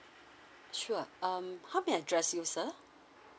sure um how may I address you sir